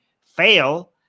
fail